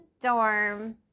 dorm